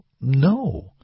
no